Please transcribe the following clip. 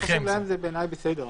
בעיניי זה בסדר,